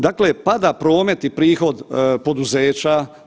Dakle, pada promet i prihod poduzeća.